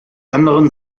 anderen